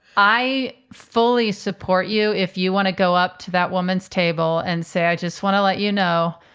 i fully support you. if you want to go up to that woman's table and say, i just want to let you know,